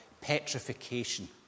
petrification